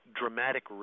dramatic